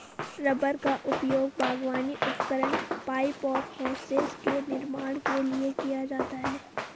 rubber का उपयोग बागवानी उपकरण, पाइप और होसेस के निर्माण के लिए किया जाता है